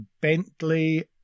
Bentley